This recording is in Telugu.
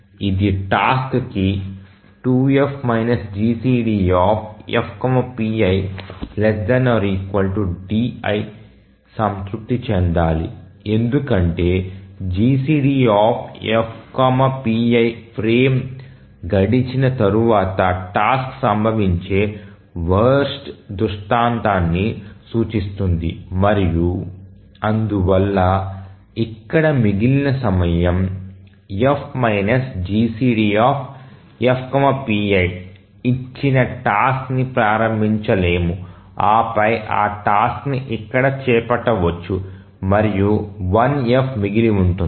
ప్రతి టాస్క్ కి 2F GCDF pi ≤ di సంతృప్తి చెందాలి ఎందుకంటే GCD F pi ఫ్రేమ్ గడిచిన తరువాత టాస్క్ సంభవించే వరస్ట్ దృష్టాంతాన్ని సూచిస్తుంది మరియు అందువల్ల ఇక్కడ మిగిలిన సమయం F GCDF pi ఇచ్చిన టాస్క్ ని ప్రారంభించలేము ఆ పై ఆ టాస్క్ ని ఇక్కడ చేపట్టవచ్చు మరియు 1F మిగిలి ఉంటుంది